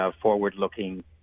forward-looking